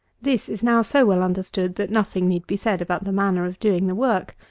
this is now so well understood that nothing need be said about the manner of doing the work.